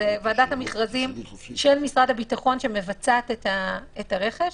זה ועדת המכרזים של משרד הביטחון שמבצעת את הרכש,